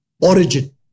origin